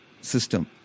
system